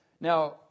Now